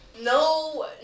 no